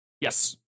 Yes